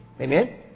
Amen